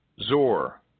Zor